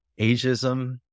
ageism